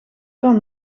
kan